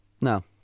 No